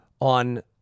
on